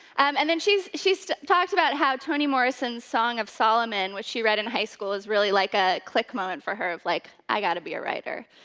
and then she's she's talked about how toni morrison's song of solomon, which she read in high school, is really like a click moment for her of like, i gotta be a writer.